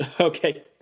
Okay